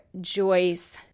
Joyce